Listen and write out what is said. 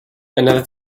another